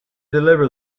deliver